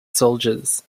soldiers